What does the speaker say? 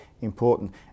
important